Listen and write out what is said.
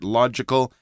logical